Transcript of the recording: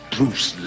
Bruce